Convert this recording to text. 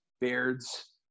Beards